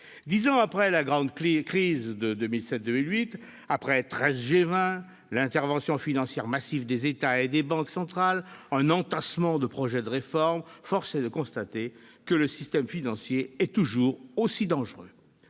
Dix ans après la grande crise de 2007-2008, après treize G20, l'intervention financière massive des États et des banques centrales, un entassement de projets de réformes, force est de constater que le système financier est toujours aussi dangereux.